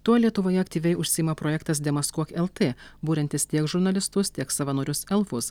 tuo lietuvoje aktyviai užsiima projektas demaskuok lt buriantis tiek žurnalistus tiek savanorius elfus